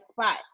spot